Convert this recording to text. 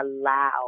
allow